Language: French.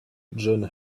john